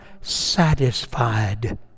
satisfied